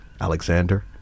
Alexander